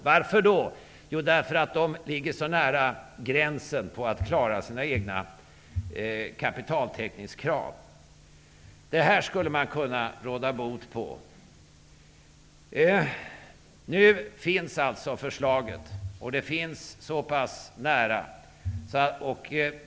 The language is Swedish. Varför? Jo, därför att de ligger så nära gränsen när det gäller att klara sina egna kapitaltäckningskrav. Detta skulle man kunna råda bot på. Nu finns alltså förslaget, och det finns så pass nära.